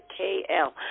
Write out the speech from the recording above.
KL